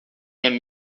minha